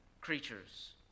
creatures